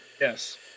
Yes